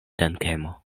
dankemo